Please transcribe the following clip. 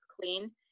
clean